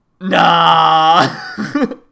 nah